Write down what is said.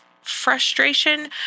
frustration